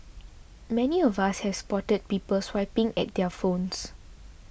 many of us has spotted people swiping at their phones